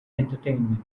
entertainment